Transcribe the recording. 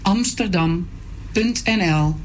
Amsterdam.nl